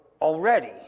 already